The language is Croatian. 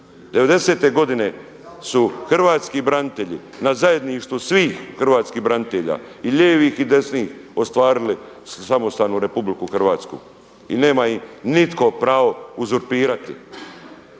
'90.-te godine su hrvatski branitelji na zajedništvu svih hrvatskih branitelja i lijevih i desnih ostvarili samostalnu RH i nema ih nitko pravo uzurpirati